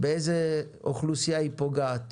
באיזה אוכלוסייה היא פוגעת